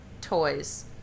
toys